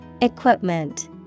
Equipment